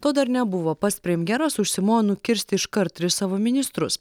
to dar nebuvo pats premjeras užsimojo nukirsti iškart tris savo ministrus